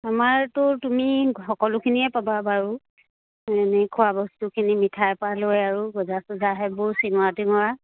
আমাৰতো তুমি সকলোখিনিয়ে পাবা বাৰু এনেই খোৱা বস্তুখিনি মিঠাই পৰা লৈ আৰু গজা চজা সেইবোৰ চিঙৰা টিঙৰা